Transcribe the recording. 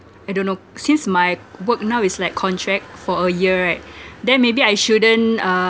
I don't know since my work now is like contract for a year right then maybe I shouldn't uh